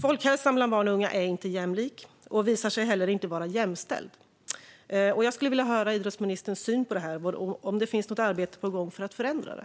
Folkhälsan bland barn och unga är inte jämlik och visar sig heller inte vara jämställd. Jag skulle vilja höra idrottsministerns syn på detta och om det finns något arbete på gång för att förändra det.